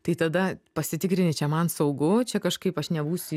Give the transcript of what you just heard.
tai tada pasitikrini čia man saugu čia kažkaip aš nebūsiu